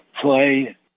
play